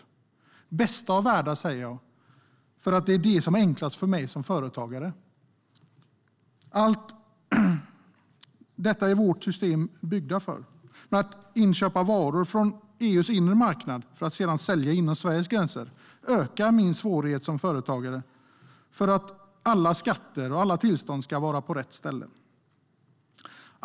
Den bästa av världar, säger jag, för det är det som är enklast för mig som företagare. Detta är våra system byggda för. Men att inköpa varor från EU:s inre marknad för att sedan sälja dem inom Sveriges gränser ökar en företagares svårigheter med att se till att alla skatter och alla tillstånd är på rätt ställe.